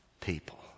people